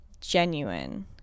genuine